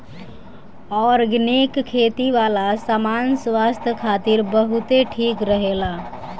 organic खेती वाला सामान स्वास्थ्य खातिर बहुते ठीक रहेला